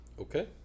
Okay